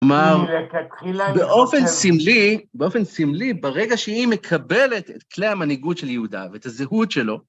כלומר, באופן סמלי, באופן סמלי, ברגע שהיא מקבלת את כלי המנהיגות של יהודה ואת הזהות שלו,